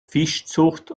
fischzucht